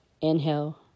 Inhale